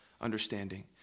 understanding